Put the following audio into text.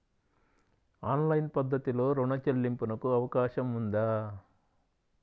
Online పద్ధతిలో రుణ చెల్లింపునకు అవకాశం ఉందా?